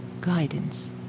guidance